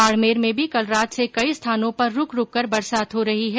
बाडमेर में भी कल रात से कई स्थानो पर रूकरूक कर बरसात हो रही है